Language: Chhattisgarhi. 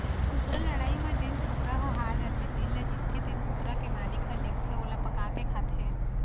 कुकरा लड़ई म जेन कुकरा ह हार जाथे तेन ल जीतथे तेन कुकरा के मालिक ह लेगथे अउ ओला पकाके खाथे